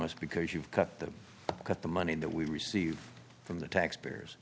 us because you've got to cut the money that we receive from the taxpayers